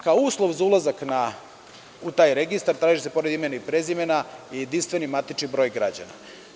Kao uslov za ulazak u taj registar traži se, pored imena i prezimena, i jedinstveni matični broj građana.